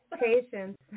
patience